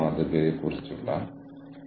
ഇവിടെ ഉറച്ച തലത്തിലാണ്